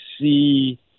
see –